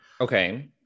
okay